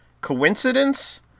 Coincidence